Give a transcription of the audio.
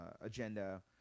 agenda